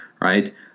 right